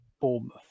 Bournemouth